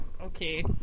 Okay